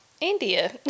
India